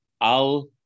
Al